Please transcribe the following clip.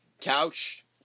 couch